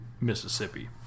Mississippi